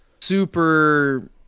super